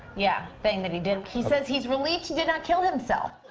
yeah, thing that he did. he says he's relieved he did not kill himself.